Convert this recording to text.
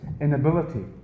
inability